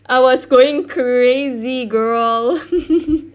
I was going crazy girl